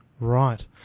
Right